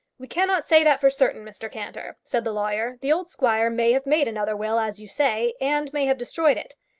we cannot say that for certain, mr cantor, said the lawyer. the old squire may have made another will, as you say, and may have destroyed it.